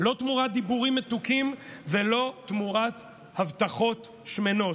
לא תמורת דיבורים מתוקים ולא תמורת הבטחות שמנות.